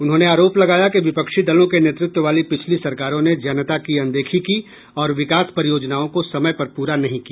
उन्होंने आरोप लगाया कि विपक्षी दलों के नेतृत्व वाली पिछली सरकारों ने जनता की अनदेखी की और विकास परियोजनाओं को समय पर पूरा नहीं किया